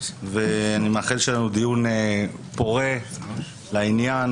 אני מאחל לנו דיון פורה, לעניין